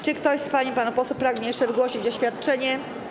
Czy ktoś z pań i panów posłów pragnie jeszcze wygłosić oświadczenie?